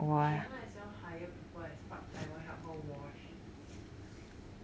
she might as well hire people as part timer help her wash